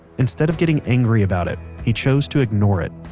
instead of getting angry about it, he chose to ignore it.